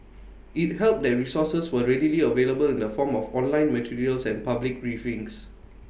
IT helped that resources were readily available in the form of online materials and public briefings